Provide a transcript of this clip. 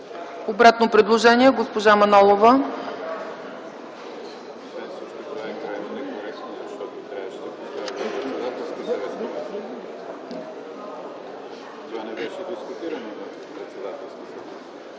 Обратно предложение – госпожа Манолова.